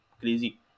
crazy